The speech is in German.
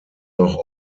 auch